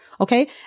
Okay